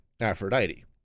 Aphrodite